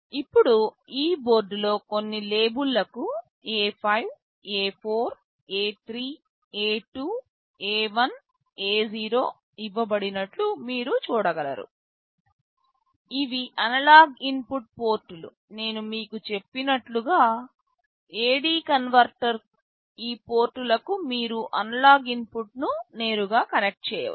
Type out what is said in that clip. ఇప్పుడు ఈ బోర్డులో కొన్ని లేబుళ్ళకు A5 A4 A3 A2 A1 A0 ఇవ్వబడినట్లు మీరు చూడగలరు ఇవి అనలాగ్ ఇన్పుట్ పోర్టులు నేను మీకు చెప్పినట్లుగా A D కన్వర్టర్ఈ పోర్టులకు మీరు అనలాగ్ ఇన్పుట్ను నేరుగా కనెక్ట్ చేయవచ్చు